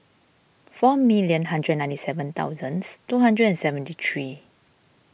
four million hundred ninety seven thousands two hundred and seventy three